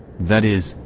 that is,